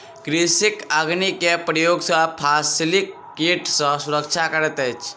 कृषक अग्नि के प्रयोग सॅ फसिलक कीट सॅ सुरक्षा करैत अछि